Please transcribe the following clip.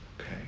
Okay